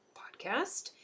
podcast